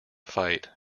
fight